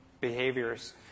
Behaviors